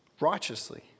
righteously